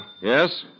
Yes